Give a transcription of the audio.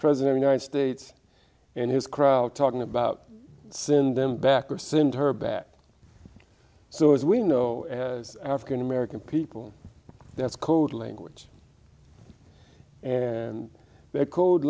president united states and his crowd talking about send them back or send her back so as we know as african american people that's code language and they